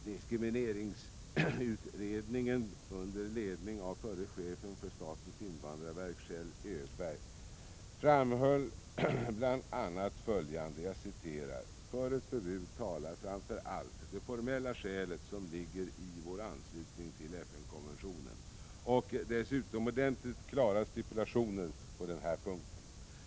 Diskrimineringsutredningen under ledning av förre chefen för statens invandrarverk, Kjell Öberg, framhöll bl.a. följande: ”För ett förbud talar framför allt det formella skälet som ligger i vår anslutning till FN-konventionen och dess utomordentligt klara stipulationer på den här punkten.